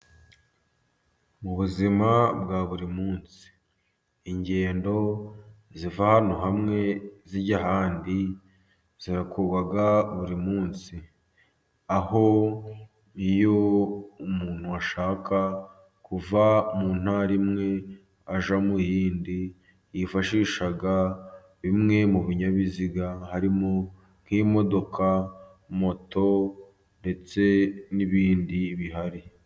Mu buzima bwa buri munsi, ingendo ziva ahantu hamwe zijya ahandi zihakorwa buri munsi, aho iyo umuntu ashaka kuva mu ntara imwe ajya mu yindi, yifashisha bimwe mu binyabiziga harimo nk'imodoka, moto ndetse n'ibindi bihari.